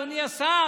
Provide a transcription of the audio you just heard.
אדוני השר